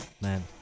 man